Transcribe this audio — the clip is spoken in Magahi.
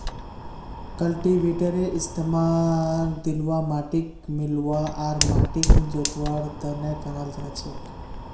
कल्टीवेटरेर इस्तमाल ढिलवा माटिक मिलव्वा आर माटिक जोतवार त न कराल जा छेक